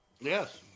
Yes